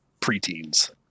preteens